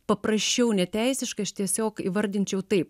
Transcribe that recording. paprasčiau ne teisiškai aš tiesiog įvardinčiau taip